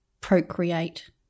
procreate